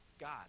God